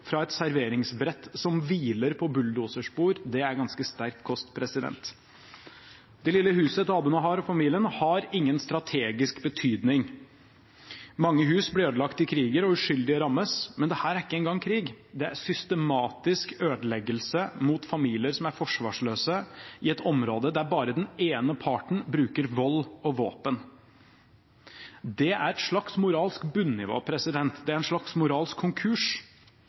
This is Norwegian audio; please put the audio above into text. fra et serveringsbrett som hviler på bulldoserspor, er ganske sterk kost. Det lille huset til Abu Nahar og familien har ingen strategisk betydning. Mange hus blir ødelagt i kriger, og uskyldige rammes, men dette er ikke engang krig. Det er systematisk ødeleggelse rettet mot familier som er forsvarsløse, i et område der bare den ene parten bruker vold og våpen. Det er et slags moralsk bunnivå. Det er en slags moralsk konkurs,